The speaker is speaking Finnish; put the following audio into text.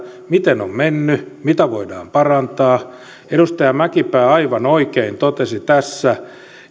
miten on mennyt mitä voidaan parantaa edustaja mäkipää aivan oikein totesi tässä